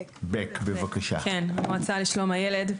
אני מהמועצה לשלום הילד.